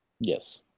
Yes